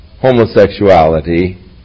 homosexuality